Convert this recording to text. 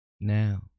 Now